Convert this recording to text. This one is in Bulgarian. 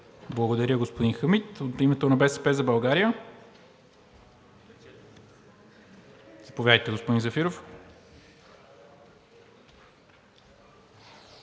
Благодаря, господин Хамид. От името на „БСП за България“? Заповядайте, господин Зафиров.